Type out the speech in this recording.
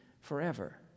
forever